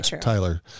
Tyler